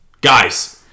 Guys